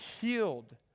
healed